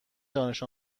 دانش